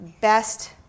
best